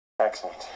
Excellent